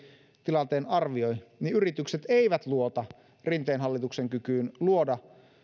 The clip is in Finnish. tilanteen arvioi niin yritykset eivät luota rinteen hallituksen kykyyn luoda